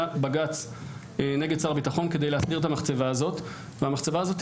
בג"צ נגד שר הביטחון כדי להחזיר את המחצבה הזאת והמחצבה הזאת,